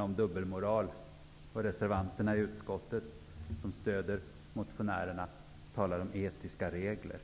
om dubbelmoral och de reservanter i utskottet som stöder motionärerna talar om etiska regler.